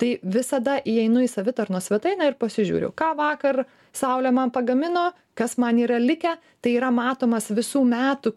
tai visada įeinu į savitarnos svetainę ir pasižiūriu ką vakar saulė man pagamino kas man yra likę tai yra matomas visų metų